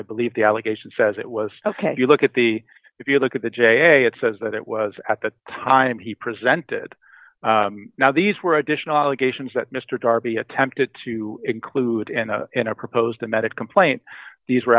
i believe the allegation says it was ok if you look at the if you look at the j it says that it was at the time he presented now these were additional occasions that mr darby attempted to include and in a proposed emetic complaint these were